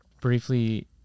briefly